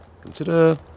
Consider